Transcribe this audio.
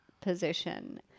position